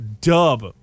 dub